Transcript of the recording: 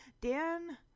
Dan